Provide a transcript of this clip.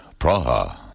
Praha